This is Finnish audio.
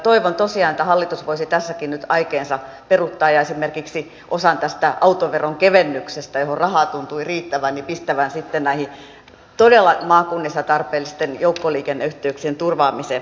toivon tosiaan että hallitus voisi tässäkin nyt aikeensa peruuttaa ja esimerkiksi osan tästä autoveron kevennyksestä johon rahaa tuntui riittävän pistävän sitten näihin maakunnissa todella tarpeellisten joukkoliikenneyhteyksien turvaamiseen